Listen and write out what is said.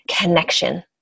connection